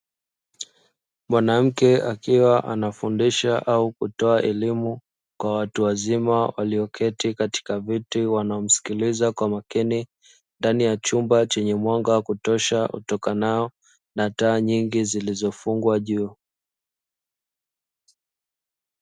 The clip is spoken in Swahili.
Mwanamke akiwa anafundisha au kutoa elimu kwa watu wazima waliyoketi katika viti wanamsikiliza kwa makini, ndani ya chumba chenye mwanga wa kutosha utokanao na taa nyingi zilizofungwa juu.